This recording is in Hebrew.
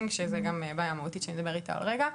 שזו גם בעיה מהותית שנדבר עליה עוד רגע.